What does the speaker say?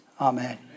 Amen